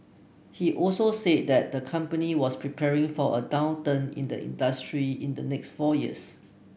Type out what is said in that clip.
he also said that the company was preparing for a downturn in the industry in the next four years